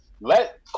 let